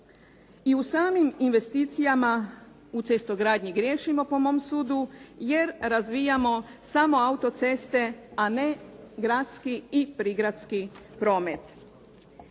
I u samim investicijama u cestogradnji griješimo po mom sudu jer razvijamo samo autoceste, a ne gradski i prigradski promet.